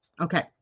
Okay